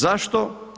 Zašto?